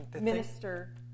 minister